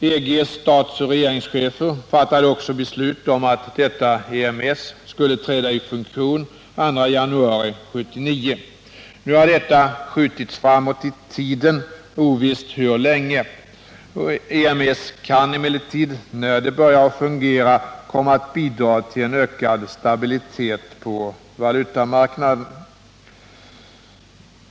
EG:s statsoch regeringschefer fattade också beslut om att EMS skulle träda i funktion den 2 januari 1979. Nu har detta skjutits framåt i tiden, ovisst hur länge. EMS kan emellertid, när det börjar fungera, komma att bidra till en ökad stabilitet på valutamarknaden.